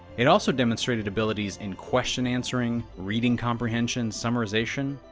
it also demonstrated abilities in question answering, reading comprehension, summarization,